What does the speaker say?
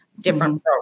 different